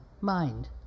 mind